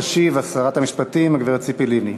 תשיב שרת המשפטים הגברת ציפי לבני.